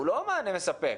הוא לא מענה מספק.